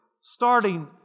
Starting